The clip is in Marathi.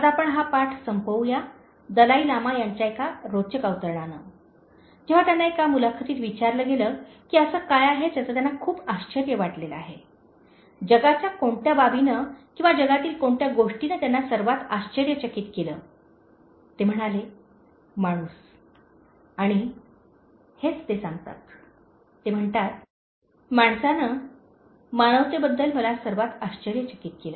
आता आपण हा पाठ संपवू या दलाई लामा यांच्या एका रोचक अवतरणाने जेव्हा त्यांना एका मुलाखतीत विचारले गेले की असे काय आहे ज्याचे त्यांना खूप आश्चर्य वाटलेले आहे जगाच्या कोणत्या बाबीने किंवा जगातील कोणत्या गोष्टीने त्यांना सर्वात आश्चर्यचकित केले ते म्हणाले माणूस आणि हेच ते सांगतात ते म्हणतात "माणसाने मानवतेबद्दल मला सर्वात आश्चर्यचकित केले